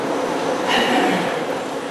מפלגה.